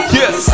Yes